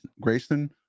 Grayson